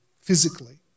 physically